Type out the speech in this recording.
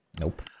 Nope